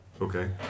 Okay